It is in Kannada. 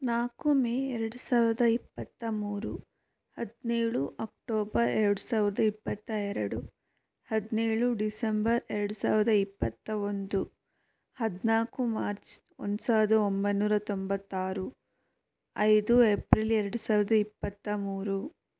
ನಾಲ್ಕು ಮೇ ಎರಡು ಸಾವಿರದ ಇಪ್ಪತ್ತ ಮೂರು ಹದಿನೇಳು ಅಕ್ಟೋಬರ್ ಎರಡು ಸಾವಿರದ ಇಪ್ಪತ್ತ ಎರಡು ಹದಿನೇಳು ಡಿಸೆಂಬರ್ ಎರಡು ಸಾವಿರದ ಇಪ್ಪತ್ತ ಒಂದು ಹದಿನಾಲ್ಕು ಮಾರ್ಚ್ ಒಂದು ಸಾವಿರದ ಒಂಬೈನೂರ ತೊಂಬತ್ತಾರು ಐದು ಏಪ್ರಿಲ್ ಎರಡು ಸಾವಿರದ ಇಪ್ಪತ್ತ ಮೂರು